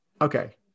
Okay